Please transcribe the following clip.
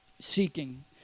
seeking